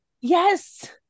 Yes